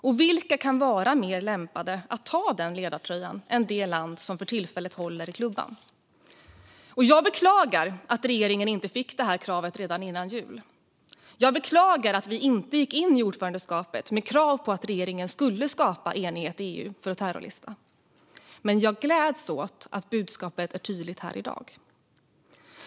Och vem kan vara mer lämpad att ta denna ledartröja än det land som för tillfället håller i klubban? Jag beklagar att regeringen inte fick detta krav redan före jul. Jag beklagar att vi inte gick in i ordförandeskapet med krav på att regeringen skulle skapa enighet i EU för en terrorlistning, men jag gläds åt att budskapet är tydligt här i dag.